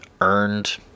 earned